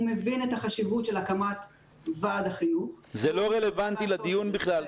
הוא מבין את החשיבות של הקמת ועד החינוך -- זה לא רלוונטי לדיון בכלל,